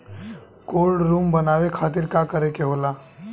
Cold room बनावे खातिर का करे के होला?